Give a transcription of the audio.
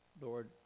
Lord